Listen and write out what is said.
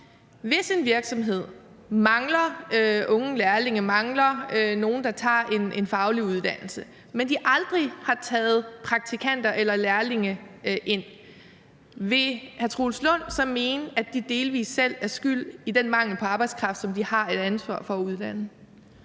Hvis en virksomhed mangler unge lærlinge, mangler nogle, der tager en faglig uddannelse, men aldrig har taget praktikanter eller lærlinge ind, vil hr. Troels Lund Poulsen så mene, at de delvis selv er skyld i den mangel på arbejdskraft, som vi har et ansvar for at uddanne?